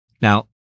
Now